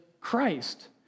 Christ